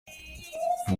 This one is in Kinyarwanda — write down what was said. uyu